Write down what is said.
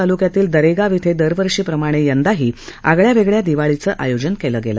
ताल् क्यातील दरेगाव इथं दरवर्षीप्रमाणे यंदाही आगळ्यावेगळ्या दिवाळीचं आयोजन केलं गेलं